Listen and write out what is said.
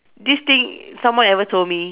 this thing someone ever told me